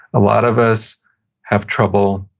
a lot of us have trouble,